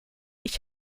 ich